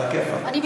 עלא כיפאק.